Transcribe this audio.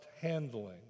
handling